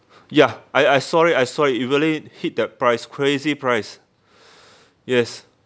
ya I I saw it I saw it it really hit that price crazy price yes